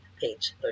page